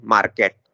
Market